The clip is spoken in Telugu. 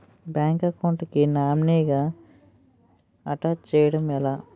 బ్యాంక్ అకౌంట్ కి నామినీ గా అటాచ్ చేయడం ఎలా?